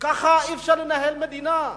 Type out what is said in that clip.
כך אי-אפשר לנהל מדינה.